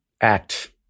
act